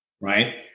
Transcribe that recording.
Right